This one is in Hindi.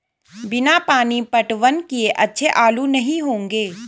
बिना पानी पटवन किए अच्छे आलू नही होंगे